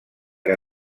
que